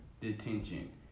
detention